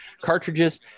cartridges